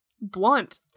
blunt